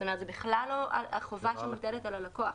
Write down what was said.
כך שזאת בכלל לא חובה שמוטלת על הלקוח.